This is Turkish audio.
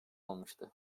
almıştı